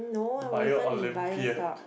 bio Olympiad